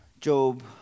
Job